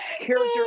character